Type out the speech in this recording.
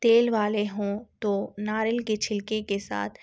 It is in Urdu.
تیل والے ہوں تو ناریل کے چھلکے کے ساتھ